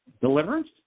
Deliverance